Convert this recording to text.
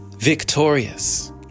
victorious